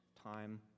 time